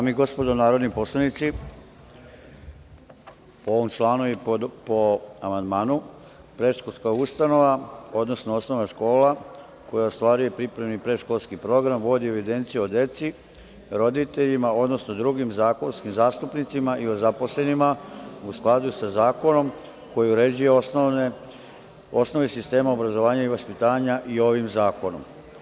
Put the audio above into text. Dame i gospodo narodni poslanici, po ovom članu i po amandmanu, predškolska ustanova odnosno osnovna škola koja ostvaruje pripremni i predškolski program, vodi evidenciju o deci, roditeljima, odnosno drugim zakonskim zastupnicima i o zaposlenima u skladu sa zakonom, koji uređuje osnovne sisteme obrazovanja i vaspitanja i ovim zakonom.